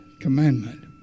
commandment